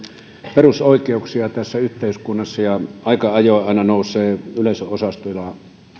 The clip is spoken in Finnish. perusoikeuksia tässä yhteiskunnassa kun aika ajoin aina nousee yleisönosastoissa